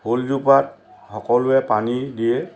ফুলজোপাত সকলোৱে পানী দিয়ে